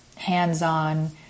hands-on